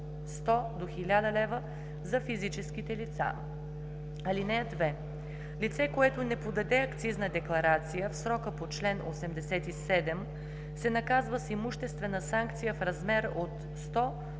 100 до 1000 лв. – за физическите лица. (2) Лице, което не подаде акцизна декларация в срока по чл. 87, се наказва с имуществена санкция в размер от 100 до 2000